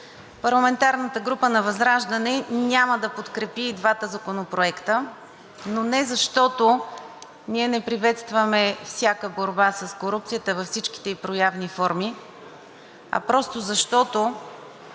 Парламентарната група на ВЪЗРАЖДАНЕ няма да подкрепи и двата законопроекта, но не защото ние не приветстваме всяка борба с корупцията във всичките ѝ проявени форми, а просто защото